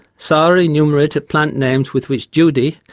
sara enumerated plant names with which judy,